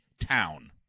town